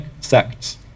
sects